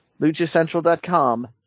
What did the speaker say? LuchaCentral.com